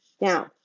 Now